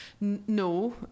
No